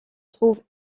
trouve